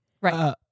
right